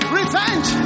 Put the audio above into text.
revenge